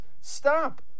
Stop